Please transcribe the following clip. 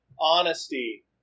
honesty